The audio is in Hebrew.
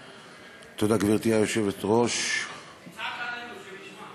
תודה, גברתי היושבת-ראש, תצעק עלינו, שנשמע.